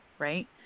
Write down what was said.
right